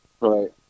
Right